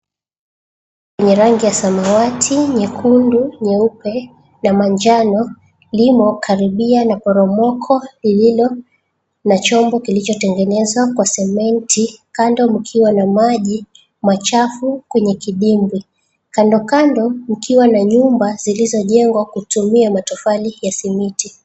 ...Yenye rangi ya samawati, nyekundu, nyeupe na manjano, limo karibia na poromoko lililo na chombo kilichotengenezwa kwa sementi. Kando mkiwa na maji machafu kwenye kidimbwi. Kandokando mkiwa na nyumba zilizojengwa kutumia matofali ya simiti.